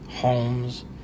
homes